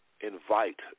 invite